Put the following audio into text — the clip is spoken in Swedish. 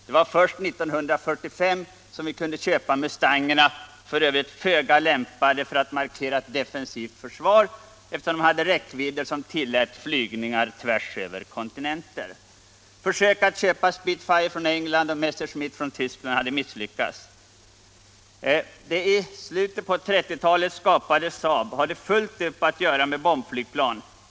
Det var först 1945 som vi kunde köpa mustangerna — f. ö. föga lämpade för att markera ett defensivt försvar, eftersom deras räckvidd tillät flygningar tvärs över kontinenter. Försök att köpa Spitfire från England och Messerschmitt från Tyskland hade misslyckats. Det i slutet av 1930-talet skapade SAAB hade fullt upp att göra med bombflygplan.